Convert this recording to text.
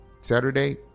Saturday